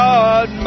God